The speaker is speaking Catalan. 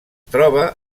troba